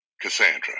Cassandra